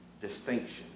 distinction